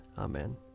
Amen